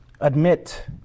admit